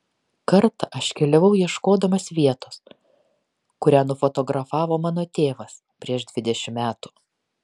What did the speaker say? kartą aš keliavau ieškodamas vietos kurią nufotografavo mano tėvas prieš dvidešimt metų